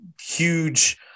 huge